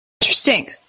Interesting